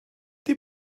die